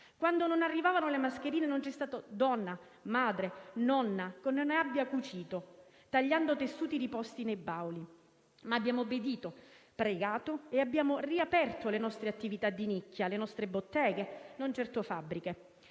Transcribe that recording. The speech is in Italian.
Quando non arrivavano le mascherine non c'è stata donna, madre o nonna che non ne abbia cucite, tagliando tessuti riposti nei bauli. Ma abbiamo obbedito, pregato e abbiamo riaperto le attività di nicchia, le nostre botteghe, non certo fabbriche.